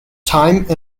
time